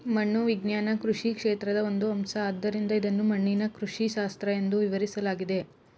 ಮಣ್ಣು ವಿಜ್ಞಾನ ಕೃಷಿ ಕ್ಷೇತ್ರದ ಒಂದು ಅಂಶ ಆದ್ದರಿಂದ ಇದನ್ನು ಮಣ್ಣಿನ ಕೃಷಿಶಾಸ್ತ್ರ ಎಂದೂ ವಿವರಿಸಲಾಗಿದೆ